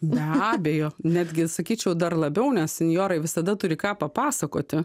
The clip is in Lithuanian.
be abejo netgi sakyčiau dar labiau nes senjorai visada turi ką papasakoti